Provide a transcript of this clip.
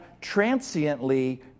transiently